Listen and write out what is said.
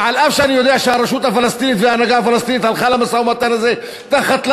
ואף שאני יודע שהרשות הפלסטינית הלכה למשא-ומתן הזה תחת לחץ,